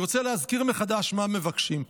אני רוצה להזכיר מחדש מה מבקשים פה.